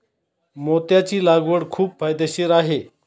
मोत्याची लागवड खूप फायदेशीर आहे